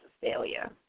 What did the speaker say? failure